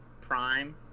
Prime